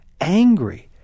angry